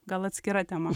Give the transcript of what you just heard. gal atskira tema